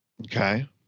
Okay